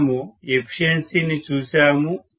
మనము ఎఫిషియన్సిని చూశాము